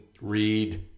read